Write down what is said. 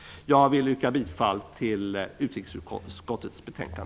Herr talman! Jag yrkar bifall till utrikesutskottets hemställan.